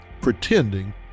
pretending